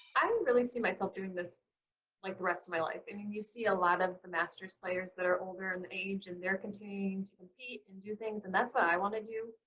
i really see myself doing this like the rest of my life, and and you see a lot of masters players that are older in the age and they're continuing to compete and do things and that's what i want to do.